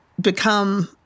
become